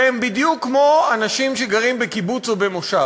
שהם בדיוק כמו אנשים שגרים בקיבוץ או במושב,